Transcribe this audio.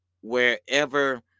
wherever